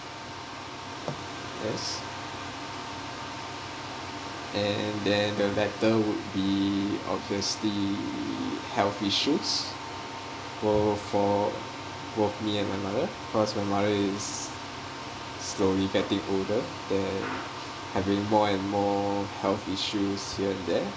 yes and then the battle would be obviously health issues both for both me and my mother because my mother is slowly getting older then having more and more health issues here and there